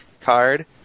card